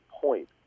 point